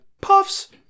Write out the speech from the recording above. Puffs